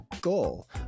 goal